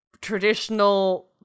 traditional